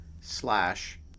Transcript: slash